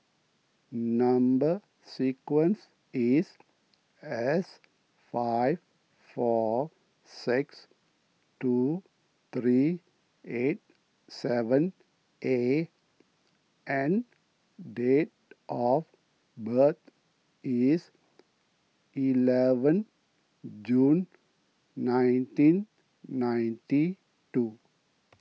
Number Sequence is S five four six two three eight seven A and date of birth is eleven June nineteen ninety two